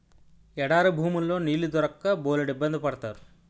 ఎడారి భూముల్లో నీళ్లు దొరక్క బోలెడిబ్బంది పడతారు